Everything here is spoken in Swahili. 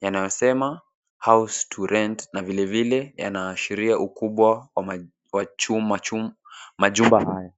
yanayosema, house to rent na vile vile yanaashiria ukubwa wa majumba haya.